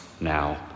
now